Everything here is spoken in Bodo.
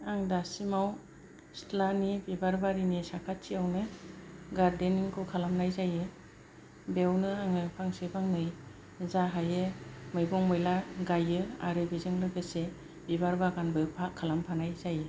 आं दासिमाव सिथ्लानि बिबार बारिनि साखाथियावनो गार्देनिंखौ खालामनाय जायो बेयावनो आङो फांसे फांनै जा हायो मैगं मैला गायो आरो बेजों लोगोसे बिबार बागानबो खालामफानाय जायो